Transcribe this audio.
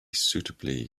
suitably